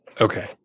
Okay